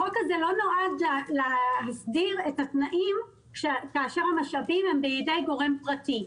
החוק הזה לא נועד להסדיר את התנאים כאשר המשאבים הם בידי גורם פרטי,